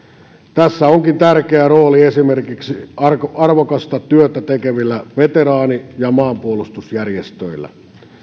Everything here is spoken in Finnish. tässä onkin tärkeä rooli esimerkiksi arvokasta työtä tekevillä veteraani ja maanpuolustusjärjestöillä